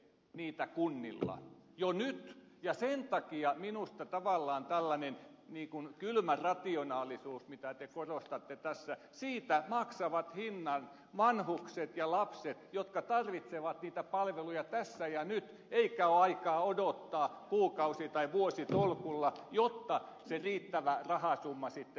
te teetätte niitä kunnilla jo nyt ja sen takia minusta tavallaan tällaisesta kylmästä rationaalisuudesta mitä te korostatte tässä maksavat hinnan vanhukset ja lapset jotka tarvitsevat niitä palveluja tässä ja nyt ja joilla ei ole aikaa odottaa kuukausi tai vuositolkulla jotta se riittävä rahasumma sitten saadaan